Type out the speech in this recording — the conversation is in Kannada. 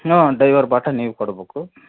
ಹಾಂ ಡೈವರ್ ಬಾಟಾ ನೀವು ಕೊಡ್ಬೇಕು